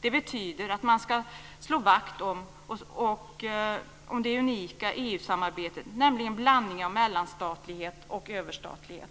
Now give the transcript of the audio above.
Det betyder att man ska slå vakt om det unika i EU-samarbetet, nämligen blandningen av mellanstatlighet och överstatlighet.